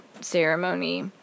ceremony